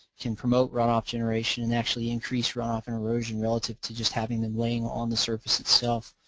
can promote run off generation and actually increase runoff and erosion relative to just having them laying on the surface itself.